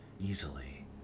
easily